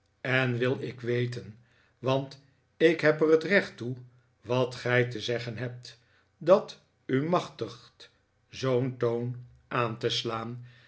en wil ik weten want ik heb er het recht toe wat gij te zeggen hebt dat u machtigt zoo'n toon aan te slaan